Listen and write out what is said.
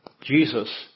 Jesus